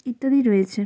ইত্যাদি রয়েছে